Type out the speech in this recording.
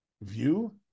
view